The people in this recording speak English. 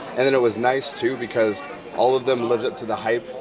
and, then, it was nice too, because all of them lived up to the hype,